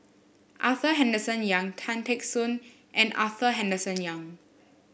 Arthur Henderson Young Tan Teck Soon and Arthur Henderson Young